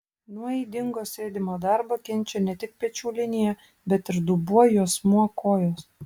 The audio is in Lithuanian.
nuo ydingo sėdimo darbo kenčia ne tik pečių linija bet ir dubuo juosmuo kojos